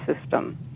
system